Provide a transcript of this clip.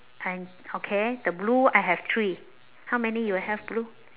I okay the blue I have three how many you have blue